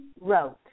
Wrote